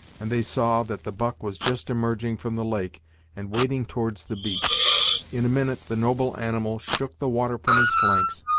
and they saw that the buck was just emerging from the lake and wading towards the beach in a minute, the noble animal shook the water from his flanks,